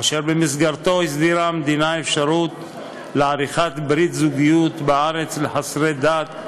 אשר במסגרתו הסדירה המדינה אפשרות לעריכת ברית זוגיות בארץ לחסרי דת,